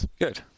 Good